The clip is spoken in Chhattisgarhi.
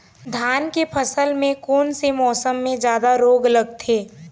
धान के फसल मे कोन से मौसम मे जादा रोग लगथे?